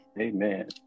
Amen